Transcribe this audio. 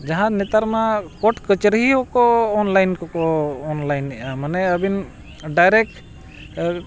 ᱡᱟᱦᱟᱸ ᱱᱮᱛᱟᱨ ᱢᱟ ᱠᱳᱨᱴ ᱠᱟᱹᱪᱟᱹᱨᱤ ᱦᱚᱸᱠᱚ ᱚᱱᱞᱟᱭᱤᱱ ᱠᱚ ᱠᱚ ᱚᱱᱞᱟᱭᱤᱱᱮᱜᱼᱟ ᱢᱟᱱᱮ ᱟᱹᱵᱤᱱ ᱰᱟᱭᱨᱮᱠᱴ